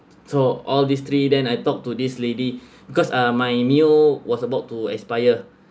so all these three then I talked to this lady because uh my mio was about to expire